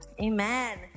Amen